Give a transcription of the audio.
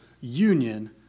union